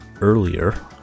Earlier